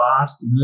fast